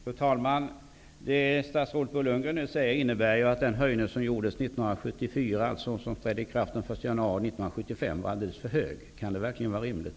Fru talman! Det som statsrådet Bo Lundgren nu säger innebär ju att den höjning som gjordes 1974 och som trädde i kraft den 1 januari 1975 var alldeles för hög. Kan det verkligen vara rimligt?